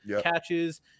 catches